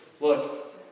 Look